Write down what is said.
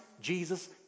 Jesus